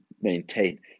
maintain